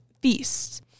feasts